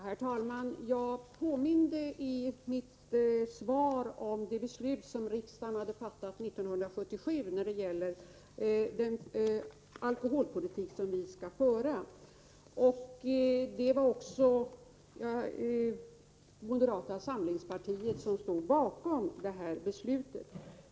Herr talman! Jag påminde i mitt svar om det beslut riksdagen fattade 1977 när det gäller den alkoholpolitik som vi skall föra. Också moderata samlingspartiet stod bakom det beslutet. Alf Wennerfors!